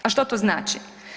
A što to znači?